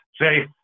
Say